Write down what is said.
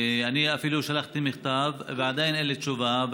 אני אפילו שלחתי מכתב ועדיין אין לי תשובה.